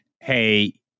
hey